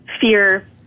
fear